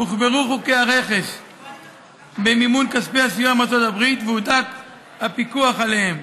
הוחמרו חוקי הרכש במימון כספי הסיוע מארצות הברית והודק הפיקוח עליהם,